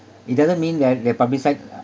it doesn't mean that they publicised